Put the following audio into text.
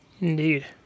Indeed